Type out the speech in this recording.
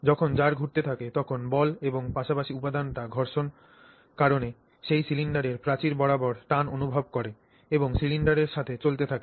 যখন জার ঘুরতে থাকে তখন বল এবং পাশাপাশি উপাদানটি ঘর্ষণ কারণে সেই সিলিন্ডারের প্রাচীর বরাবর টান অনুভব করে এবং সিলিন্ডারের সাথে চলতে থাকে